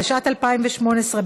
התשע"ט 2018,